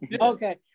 Okay